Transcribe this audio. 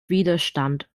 widerstand